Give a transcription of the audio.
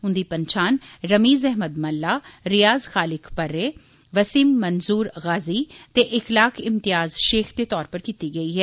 उंदी पन्छान रमीज़ अहमद मल्ला रियाज़ खालिक पर्रे वसीम मन्जूर गाज़ी ते इखलाक इम्तियाज़ शेख दे तौर पर कीती गेई ऐ